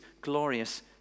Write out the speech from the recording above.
glorious